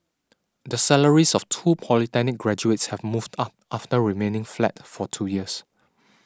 the salaries of two polytechnic graduates have moved up after remaining flat for two years